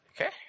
Okay